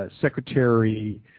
Secretary